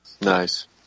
Nice